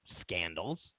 scandals